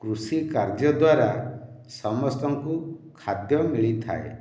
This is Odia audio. କୃଷି କାର୍ଯ୍ୟ ଦ୍ୱାରା ସମସ୍ତଙ୍କୁ ଖାଦ୍ୟ ମିଳିଥାଏ